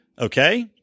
Okay